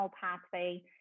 pathway